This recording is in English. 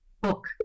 book